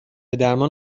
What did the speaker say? درمان